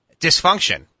dysfunction